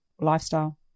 Lifestyle